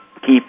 keep